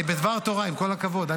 אני בדבר תורה, עם כל הכבוד.